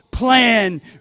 plan